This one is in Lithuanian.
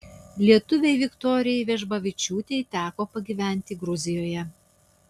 lietuvei viktorijai vežbavičiūtei teko pagyventi gruzijoje